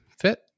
fit